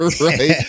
right